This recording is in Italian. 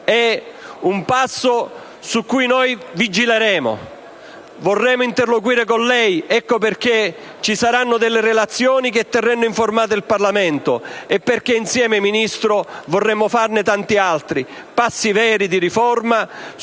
è un passo su cui noi vigileremo. Vorremmo interloquire con lei, ecco perché ci saranno delle relazioni che terranno informato il Parlamento, dal momento che, Ministro, vorremmo fare insieme tanti altri passi veri di riforma,